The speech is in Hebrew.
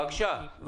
בבקשה.